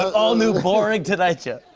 all new boring tonight yeah